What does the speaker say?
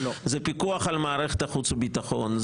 זה פיקוח על מערכת החוץ וביטחון,